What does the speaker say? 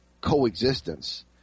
coexistence